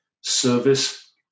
service